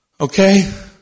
Okay